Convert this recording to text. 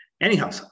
anyhow